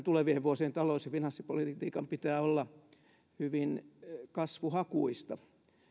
tulevien vuosien talous ja finanssipolitiikan pitää olla hyvin kasvuhakuista